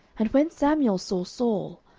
and when samuel saw saul,